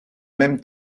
même